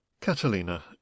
catalina